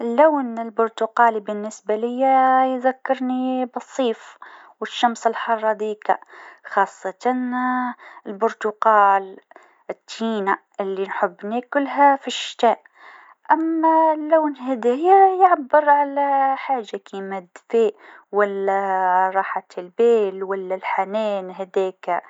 اللون البرتقالي بالنسبه ليا يذكرني بالصيف والشمس الحاره هذيكا خاصة البرتقال المدنينه اللي نحب ناكلها في الشتاء أما اللون هذايا يعبر على حاجه كيما الدفا ولا راحة البال ولا الحنان هذاكا.